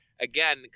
again